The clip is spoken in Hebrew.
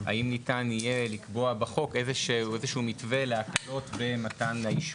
האם ניתן יהיה לקבוע בחוק איזשהו מתווה להקלות במתן האישור?